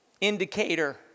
indicator